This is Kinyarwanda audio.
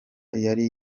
yari